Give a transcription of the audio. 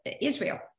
Israel